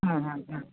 হ্যাঁ হ্যাঁ হ্যাঁ